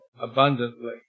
abundantly